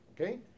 okay